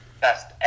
best